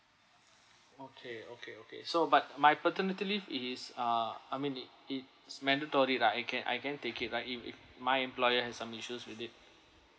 okay okay okay so but my paternity leave is uh I mean it it's mandatory lah I can I can't take it right if if my employer has some issues with it